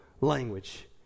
language